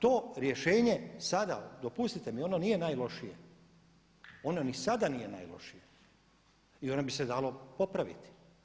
To rješenje sada dopustite mi, ono nije najlošije, ono ni sada nije najlošije i ono bi se dalo popraviti.